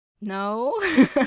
no